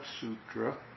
Sutra